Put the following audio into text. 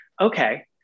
okay